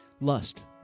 Lust